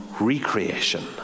recreation